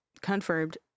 confirmed